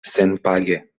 senpage